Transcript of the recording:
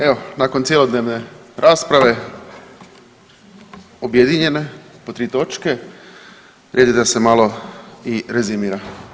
Evo nakon cjelodnevne rasprave, objedinjene pod tri točke red je da se malo i rezimira.